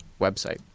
website